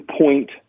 point